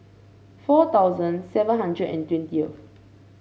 four thousand seven hundred and twentieth